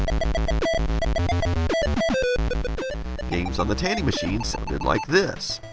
games on the tandy machine sounded like this.